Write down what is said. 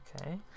Okay